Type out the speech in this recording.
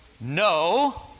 No